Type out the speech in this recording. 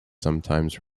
sometimes